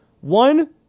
One